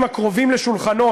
אנשים הקרובים לשולחנו,